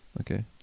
Okay